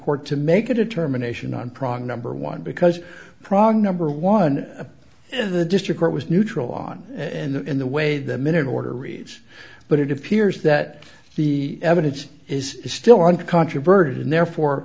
court to make a determination on prague number one because prague number one of the district court was neutral on and in the way the minute order reads but it appears that the evidence is still uncontroverted and therefore